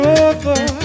over